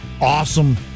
Awesome